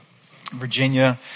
Virginia